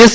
S